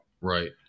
Right